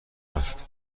رفت